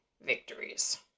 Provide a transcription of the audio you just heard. victories